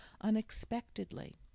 unexpectedly